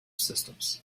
systems